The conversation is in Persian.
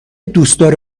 دوستدار